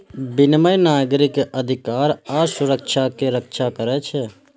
विनियम नागरिक अधिकार आ सुरक्षा के रक्षा करै छै